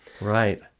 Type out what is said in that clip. Right